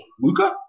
Luca